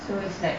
whereas start